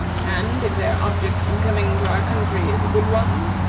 and, if their object in coming to our country is a good one,